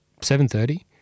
7.30